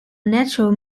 natural